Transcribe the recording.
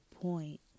point